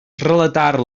relatar